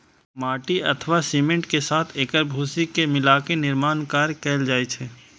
माटि अथवा सीमेंट के साथ एकर भूसी के मिलाके निर्माण कार्य कैल जाइ छै